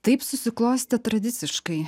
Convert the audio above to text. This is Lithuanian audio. taip susiklostė tradiciškai